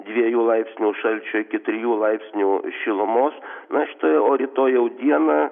dviejų laipsnių šalčio iki trijų laipsnių šilumos na štai o rytoj jau dieną